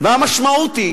והמשמעות היא